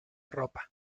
ropa